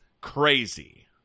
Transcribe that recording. crazy